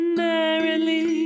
merrily